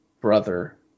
brother